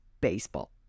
baseball